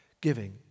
giving